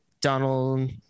Donald